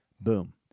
boom